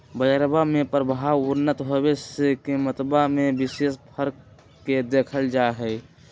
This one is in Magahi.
बजरवा में प्रभाव उत्पन्न होवे से कीमतवा में विशेष फर्क के देखल जाहई